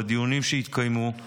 בדיונים שהתקיימו,